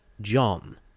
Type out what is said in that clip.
John